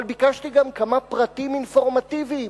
אבל ביקשתי גם כמה פרטים אינפורמטיביים,